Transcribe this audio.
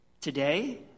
today